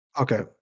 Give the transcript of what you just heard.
Okay